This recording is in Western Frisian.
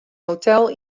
hotel